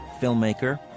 Filmmaker